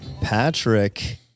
Patrick